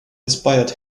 inspired